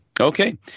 Okay